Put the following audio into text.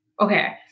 Okay